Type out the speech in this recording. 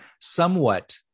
somewhat